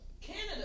Canada